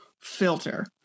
filter